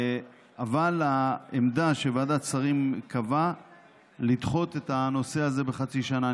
אבל העמדה שוועדת השרים קבעה היא לדחות את הנושא הזה בחצי שנה.